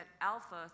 alpha